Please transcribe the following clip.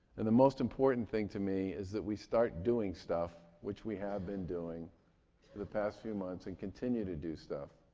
and the most important thing to me is that we start doing stuff, which we have been doing for the past few months, and continue to do stuff.